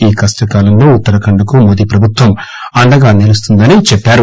ఈ కష్టకాలంలో ఉత్తరాఖండ్ కు మోదీ ప్రభుత్వం అండగా నిలుస్తుందని తెలిపారు